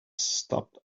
stopped